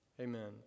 Amen